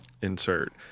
insert